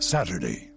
Saturday